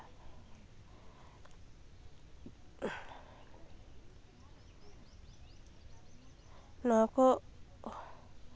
ᱱᱚᱣᱟ ᱠᱚ